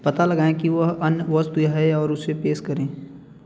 पता लगाएँ कि वह अन्य वस्तु है और उसे पेश करें